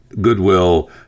Goodwill